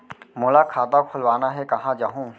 मोला खाता खोलवाना हे, कहाँ जाहूँ?